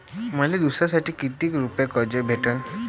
मले दसऱ्यासाठी कितीक रुपये कर्ज भेटन?